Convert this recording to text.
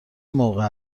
موقع